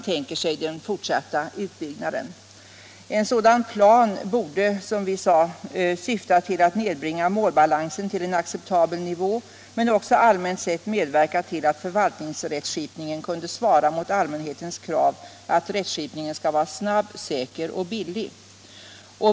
En sådan plan borde, som vi sade, syfta till att nedbringa målbalansen till en acceptabel nivå men också allmänt sett medverka till att rättsskipningen kunde svara mot allmänhetens krav på att denna skall vara snabb, säker och billig.